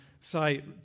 say